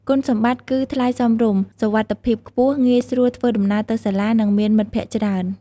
គុណសម្បត្តិគឺថ្លៃសមរម្យ សុវត្ថិភាពខ្ពស់ ងាយស្រួលធ្វើដំណើរទៅសាលា និងមានមិត្តភក្តិច្រើន។